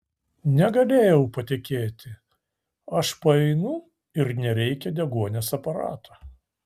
negalėjau patikėti aš paeinu ir nereikia deguonies aparato